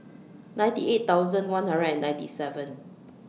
ninety eight thousand one hundred and ninety seven